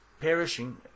perishing